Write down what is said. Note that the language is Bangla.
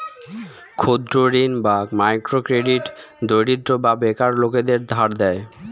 ক্ষুদ্র ঋণ বা মাইক্রো ক্রেডিট দরিদ্র বা বেকার লোকদের ধার দেয়